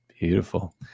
Beautiful